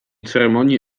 ceremonii